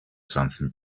something